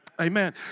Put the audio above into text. Amen